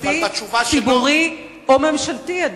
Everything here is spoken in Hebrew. ציבורי או ממשלתי.